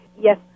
yes